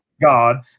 God